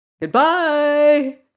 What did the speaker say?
Goodbye